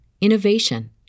innovation